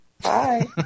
Bye